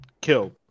killed